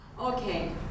Okay